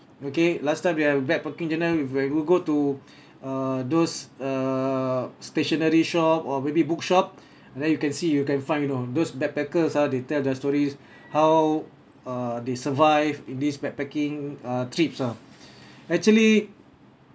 okay last time they have backpacking journal if I go go to uh those err stationary shop or maybe bookshop and then you can see you can find you know those backpackers ah they tell their stories how uh they survive in this backpacking uh trips uh actually